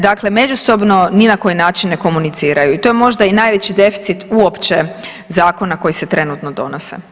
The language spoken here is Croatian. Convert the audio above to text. Dakle, međusobno ni na koji način ne komuniciraju i to je možda i najveći deficit uopće zakona koji se trenutno donose.